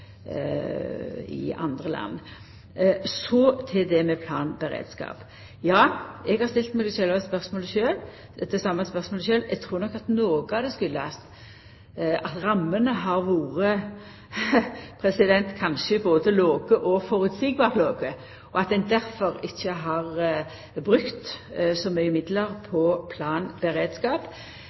i andre land. Så til det med planberedskap. Ja, eg har stilt meg dette same spørsmålet sjølv. Eg trur nok at noko av det kjem av at rammene har vore kanskje både låge og føreseieleg låge, og at ein difor ikkje har brukt så mykje midlar på